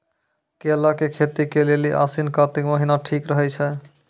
केला के खेती के लेली आसिन कातिक महीना ठीक रहै छै